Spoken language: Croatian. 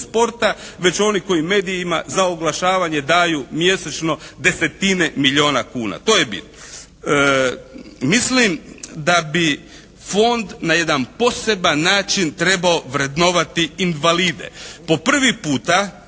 već oni koji medijima za oglašavanje daju mjesečno desetine milijuna kuna. To je bitno. Mislim da bi Fond na jedan poseban način trebao vrednovati invalide. Po prvi puta